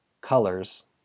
colors